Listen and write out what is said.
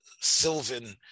Sylvan